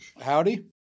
Howdy